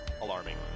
alarming